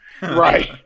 Right